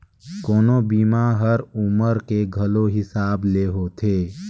कोनो बीमा हर उमर के घलो हिसाब ले होथे